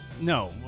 no